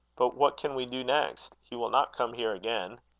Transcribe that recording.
but what can we do next? he will not come here again.